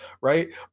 right